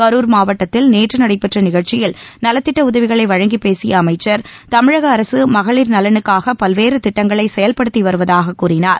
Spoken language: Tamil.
கரூர் மாவட்டத்தில் நேற்று நடைபெற்ற நிகழ்ச்சியில் நலத்திட்ட உதவிகளை வழங்கி பேசிய அமைச்ச் தமிழக அரசு மகளிர் நலனுக்காக பல்வேறு திட்டங்களை செயல்படுத்தி வருவதாக கூறினார்